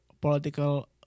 political